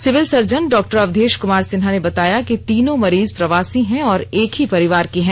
civil surgeon डॉ अवधेश कुमार सिन्हा ने बताया कि तीनों मरीज प्रवासी है और एक ही परिवार के हैं